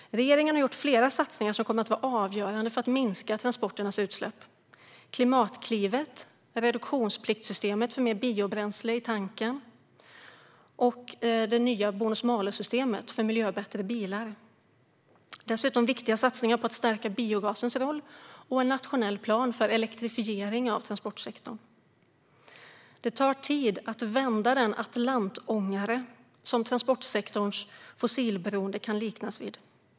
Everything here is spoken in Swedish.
Regeringen har gjort flera satsningar som kommer att vara avgörande för att minska transporternas utsläpp: Klimatklivet, reduktionspliktssystemet för mer biobränsle i tanken och det nya bonus-malus-systemet för miljöbättre bilar. Dessutom är det viktiga satsningar på att stärka biogasens roll och en nationell plan för elektrifiering av transportsektorn. Det tar tid att vända den atlantångare som transportsektorns fossilberoende kan liknas vid.